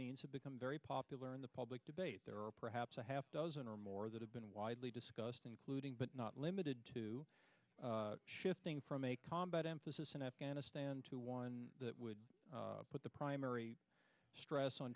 means have become very popular in the public debate there are perhaps a half dozen or more that have been widely discussed including but not limited to shifting from a combat emphasis in afghanistan to one that would put the primary stress on